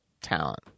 Talent